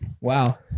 wow